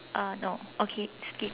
uh no okay skip